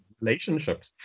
Relationships